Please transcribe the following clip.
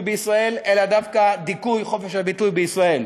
בישראל אלא דווקא דיכוי חופש הביטוי בישראל.